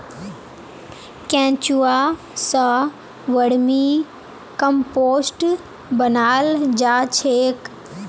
केंचुआ स vermicompost बनाल जा छेक